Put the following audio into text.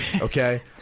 okay